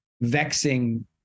vexing